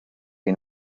que